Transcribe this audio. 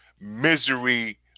misery